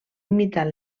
imitar